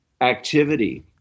activity